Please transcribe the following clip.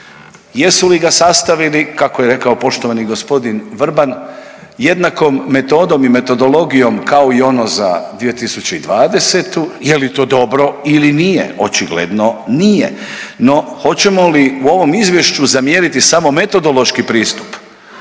jesu li ga sastavili, kako je rekao poštovani g. Vrban, jednakom metodom i metodologijom kao i ono za 2020., je li to dobro ili nije, očigledno nije, no hoćemo li u ovom izvješću zamjeriti samo metodološki pristup?